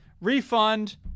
refund